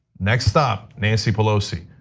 next stop, nancy pelosi,